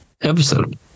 episode